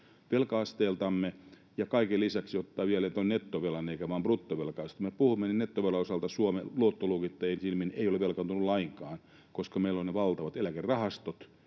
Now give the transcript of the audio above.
velka-asteeltamme, ja kaiken lisäksi kun ottaa vielä tuon nettovelan eikä vain bruttovelkaa, niin nettovelan osalta Suomi luottoluokittajien silmin ei ole velkaantunut lainkaan, koska meillä on valtavat eläkerahastot,